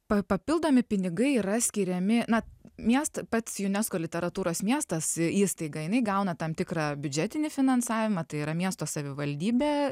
pa papildomi pinigai yra skiriami nat miesto pats junesko literatūros miestas įstaiga jinai gauna tam tikrą biudžetinį finansavimą tai yra miesto savivaldybė